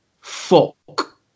fuck